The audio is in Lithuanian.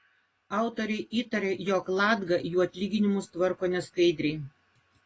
autoriai įtaria jog latga jų atlyginimus tvarko neskaidriai